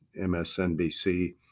MSNBC